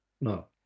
No